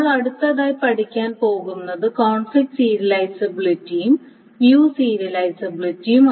നമ്മൾ അടുത്തതായി പഠിക്കാൻ പോകുന്നത് കോൺഫ്ലിക്റ്റ് സീരിയലൈസും വ്യൂ സീരിയലൈസും